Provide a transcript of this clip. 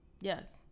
Yes